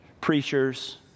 preachers